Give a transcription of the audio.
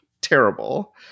Terrible